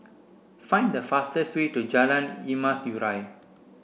find the fastest way to Jalan Emas Urai